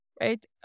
right